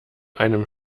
einem